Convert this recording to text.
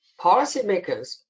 policymakers